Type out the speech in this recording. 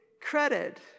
credit